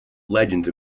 legends